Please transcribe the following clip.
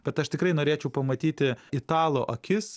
bet aš tikrai norėčiau pamatyti italo akis